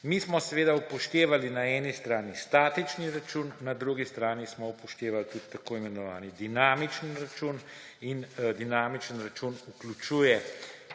Mi smo seveda upoštevali na eni strani statični račun, na drugi strani smo upoštevali tudi tako imenovani dinamični račun. Dinamični račun vključuje